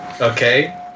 Okay